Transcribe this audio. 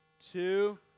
two